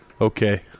Okay